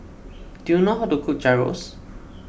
do you know how to cook Gyros